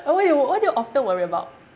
what you what do you often worry about